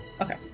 Okay